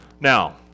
Now